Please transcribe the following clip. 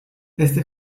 este